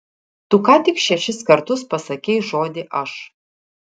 tu ką tik šešis kartus pasakei žodį aš